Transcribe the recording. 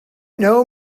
know